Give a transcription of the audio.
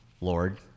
Lord